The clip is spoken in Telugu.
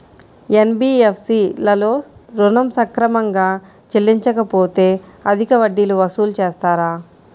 ఎన్.బీ.ఎఫ్.సి లలో ఋణం సక్రమంగా చెల్లించలేకపోతె అధిక వడ్డీలు వసూలు చేస్తారా?